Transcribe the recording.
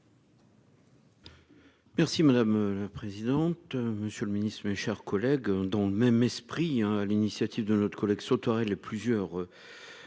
Merci madame la présidente. Monsieur le Ministre, mes chers collègues. Dans le même esprit hein. À l'initiative de notre collègue sauterelles plusieurs.